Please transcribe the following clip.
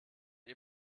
ihr